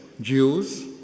Jews